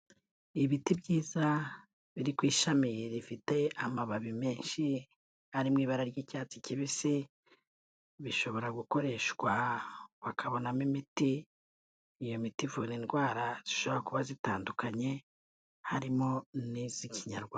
Ibiti byiza biri ku ishami rifite amababi menshi ari mu ibara ry'icyatsi kibisi bishobora gukoreshwa bakabonamo imiti iyo miti ivura indwara zishobora kuba zitandukanye harimo n'iz'ikinyarwanda.